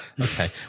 Okay